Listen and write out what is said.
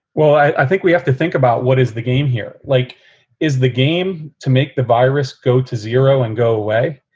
well, i think we have to think about what is the game here like is the game to make the virus go to zero and go away?